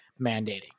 mandating